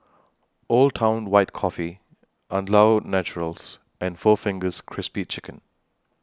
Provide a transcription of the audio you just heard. Old Town White Coffee Andalou Naturals and four Fingers Crispy Chicken